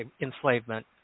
enslavement